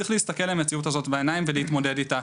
צריך להסתכל למציאות הזאת בעיניים ולהתמודד איתה.